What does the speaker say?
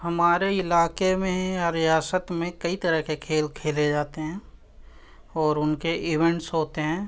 ہمارے علاقے میں یا ریاست میں کئی طرح کے کھیل کھیلے جاتے ہیں اور ان کے ایونٹس ہوتے ہیں